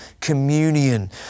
communion